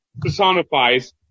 personifies